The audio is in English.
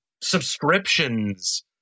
subscriptions